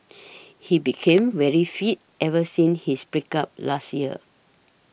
he became very fit ever since his break up last year